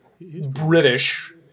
British